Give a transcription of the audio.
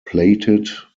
plated